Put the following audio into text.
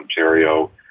Ontario